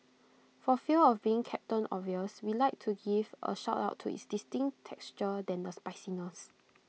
for fear of being captain obvious we'd like to give A shout out to its distinct texture than the spiciness